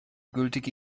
gültige